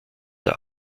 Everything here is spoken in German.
der